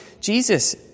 Jesus